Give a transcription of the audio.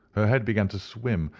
her head began to swim,